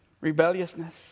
rebelliousness